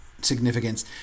significance